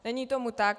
Není tomu tak.